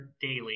Daily